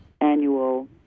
annual